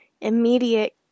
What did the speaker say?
immediate